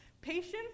Patience